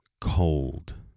Cold